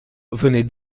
venait